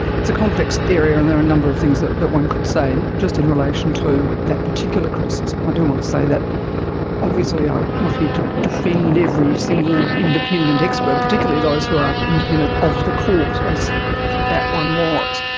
it's a complex area and there are a number of things that that one could say and just in relation to that particular criticism. i do want to say that obviously i'm not here to defend every single independent expert, particularly those who are independent of the court, as i think that one was.